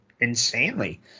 insanely